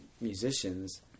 musicians